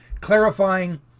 clarifying